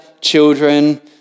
children